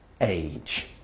age